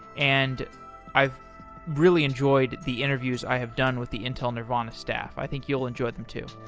and i really enjoyed the interviews i have done with the intel nervana staff. i think you'll enjoy them too